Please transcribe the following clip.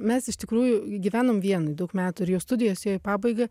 mes iš tikrųjų gyvenom vienoj daug metų ir jau studijos ėjo į pabaigą